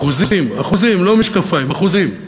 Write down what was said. אחוזים, אחוזים, לא משקפיים, אחוזים.